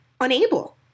unable